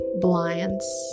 blinds